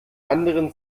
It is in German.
anderen